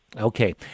Okay